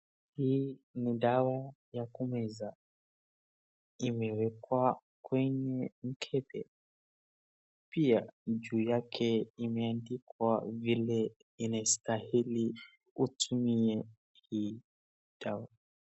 Hii ni dawa ya kumeza imewekwa kwenye mkebe pia juu yake imeandikwa vile inastahili utumie hii dawa.